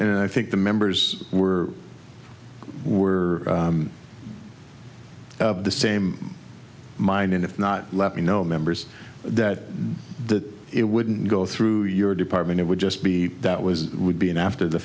and i think the members were we're of the same mind and if not let me know members that the it wouldn't go through your department it would just be that was ruby an after the